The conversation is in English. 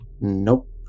Nope